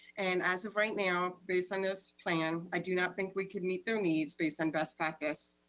and as of right now, based on this plan, i do not think we could meet their needs based on best practice.